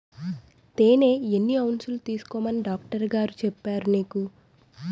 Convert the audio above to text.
తేనె ఎన్ని ఔన్సులు తీసుకోమని డాక్టరుగారు చెప్పారు నీకు